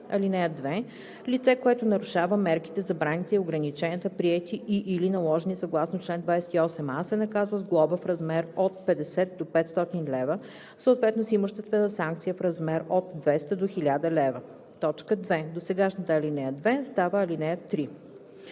ал. 2: „(2) Лице, което нарушава мерките, забраните и ограниченията, приети и/или наложени съгласно чл. 28а, се наказва с глоба в размер от 50 до 500 лв., съответно с имуществена санкция в размер от 200 до 1000 лв.“ 2. Досегашната ал. 2 става ал. 3.“